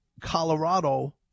colorado